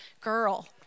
girl